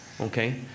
Okay